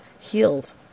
healed